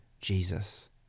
Jesus